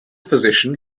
physician